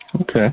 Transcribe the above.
Okay